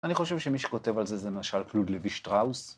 ‫אני חושב שמי שכותב על זה ‫זה למשל קלוד לוי שטראוס.